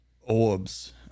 orbs